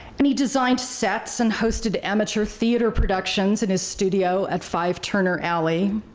and he designed sets and hosted amateur theater productions in his studio at five turner alley.